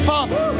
Father